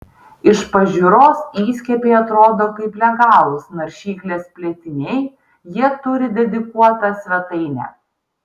iš pažiūros įskiepiai atrodo kaip legalūs naršyklės plėtiniai jie turi dedikuotą svetainę